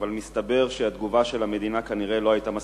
אבל מסתבר שהתגובה של המדינה לא היתה מספיקה.